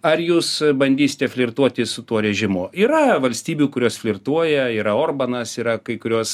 ar jūs bandysite flirtuoti su tuo režimu yra valstybių kurios flirtuoja yra orbanas yra kai kurios